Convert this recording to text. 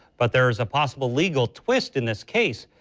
but there is a possible legal twist in this case.